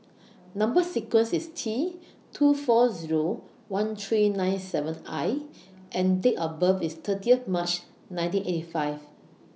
Number sequence IS T two four Zero one three nine seven I and Date of birth IS thirty March nineteen eighty five